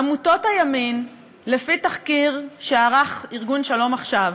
עמותות הימין, תחקיר שערך ארגון "שלום עכשיו"